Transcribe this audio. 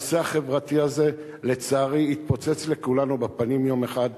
הנושא החברתי הזה לצערי יתפוצץ לכולנו בפנים יום אחד,